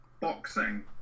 boxing